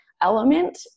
element